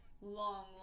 long